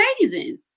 amazing